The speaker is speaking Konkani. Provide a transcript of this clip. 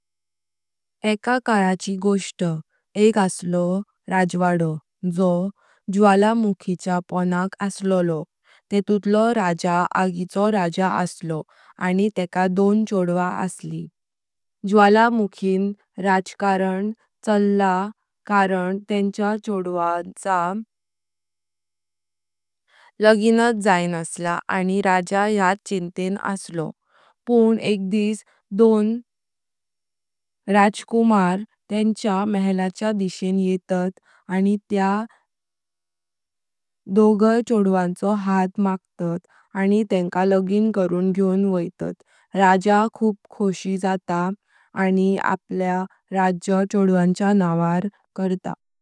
एका काळाची गोष्ठ। एक आसलो राजवाडो जो ज्वालामुखिच्या पानक आसलो। तेतुतलो राजा आगिचो राजा आसलो आनी तेका दोन छोदवा आसलो। ज्वालामुखिन राजकारण चाल्या कारणन ताच्या छोदवाच्या लगीनात जाईना नसला आनी राजा यात चिंतेन आसलो। पण एकदिस दोन जुये राजकुमार तांच्या महलाच्या दिशेन येतात आनी त्या दिशे छोदवांचो हात मागतात आनी तेंका लगीन करून घ्यवून वोंतात। राजा खुल खुशि जाता आनी आपला राज्य छोदवांच्या नावार करता।